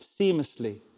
seamlessly